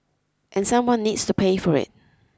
and someone needs to pay for it